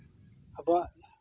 ᱟᱵᱚᱣᱟᱜ